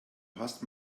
hast